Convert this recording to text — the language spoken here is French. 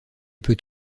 peut